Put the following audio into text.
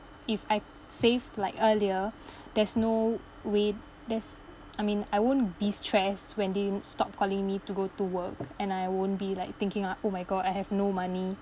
if I save like earlier there's no way there's I mean I won't be stressed when they stop calling me to go to work and I won't be like thinking like oh my god I have no money